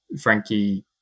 Frankie